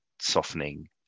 softening